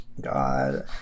God